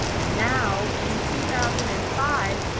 now, in two thousand and five,